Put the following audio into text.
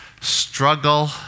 struggle